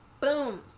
Boom